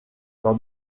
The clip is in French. dans